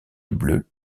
bleu